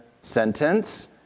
sentence